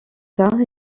tard